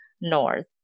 north